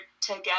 together